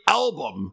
album